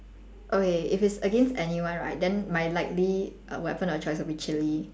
okay if it's against anyone right then my likely weapon of choice would be chili